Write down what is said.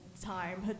Time